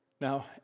Now